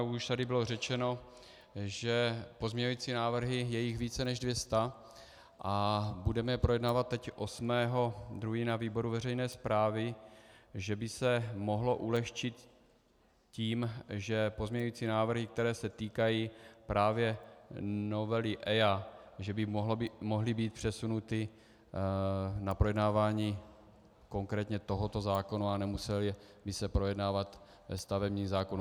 A jak už tady bylo řečeno, pozměňující návrhy a je více než dvě stě budeme projednávat teď 8. 2. na výboru veřejné správy, že by se mohlo ulehčit tím, že pozměňující návrhy, které se týkají právě novely EIA, by mohly být přesunuty na projednávání konkrétně tohoto zákona a nemusely by se projednávat ve stavebním zákonu.